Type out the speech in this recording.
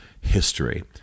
history